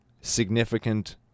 significant